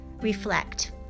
Reflect